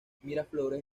miraflores